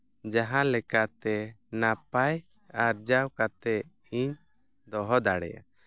ᱡᱟᱦᱟᱸᱞᱮᱠᱟ ᱛᱮ ᱱᱟᱯᱟᱭ ᱟᱨᱡᱟᱣ ᱠᱟᱛᱮ ᱤᱧ ᱫᱚᱦᱚ ᱫᱟᱲᱮᱭᱟᱜᱼᱟ